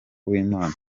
uwimana